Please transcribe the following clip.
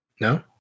no